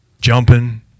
jumping